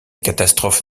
catastrophe